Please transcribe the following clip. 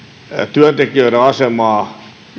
työntekijöiden asemaa